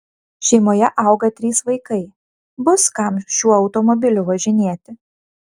šeimoje auga trys vaikai bus kam šiuo automobiliu važinėti